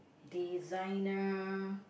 designer